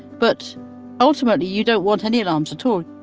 but ultimately, you don't want any alarms at all